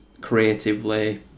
creatively